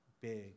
big